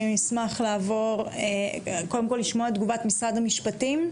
אני אשמח קודם כל לשמוע את תגובת משרד המשפטים.